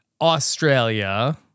Australia